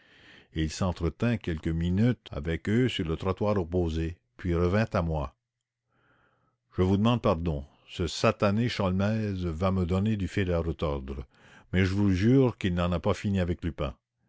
il s'entretint quelques minutes avec eux puis revint à moi je vous demande pardon ce satané sholmès va me donner du fil à retordre mais je vous jure qu'il n'en a pas fini avec lupin